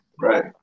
right